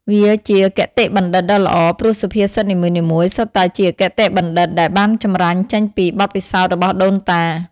វាជាគតិបណ្ឌិតដ៏ល្អ ព្រោះសុភាសិតនីមួយៗសុទ្ធតែជាគតិបណ្ឌិត ដែលបានចម្រាញ់ចេញពីបទពិសោធន៍របស់ដូនតា។